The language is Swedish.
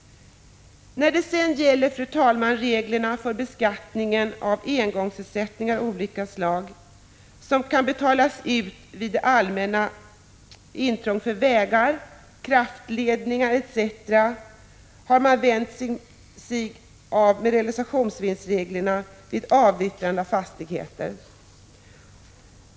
När det gäller reglerna för beskattning av engångsersättningar av olika slag, som kan betalas ut vid det allmännas intrång för vägar, kraftledningar etc., har man använt sig av realisationsvinstsreglerna vid avyttring av fastigheter.